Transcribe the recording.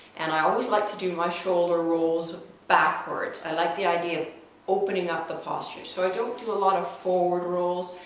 and i always like to do my shoulder rolls backward. i like the idea of opening up the posture so i don't do a lot of forward rolls.